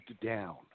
down